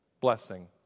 blessing